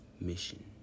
mission